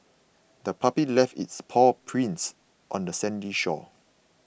the puppy left its paw prints on the sandy shore